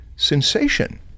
sensation